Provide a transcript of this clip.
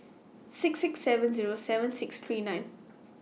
six six seven Zero seven six three nine